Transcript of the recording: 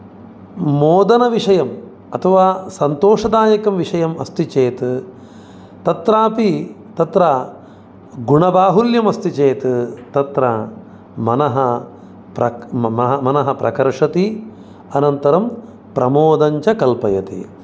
मोदनविषयम् अथवा सन्तोषदायकविषयम् अस्ति चेत् तत्रापि तत्र गुणबाहुल्यम् अस्ति चेत् तत्र मनः प्र मनः प्रकर्षति अनन्तरं प्रमोदं च कल्पयति